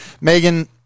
Megan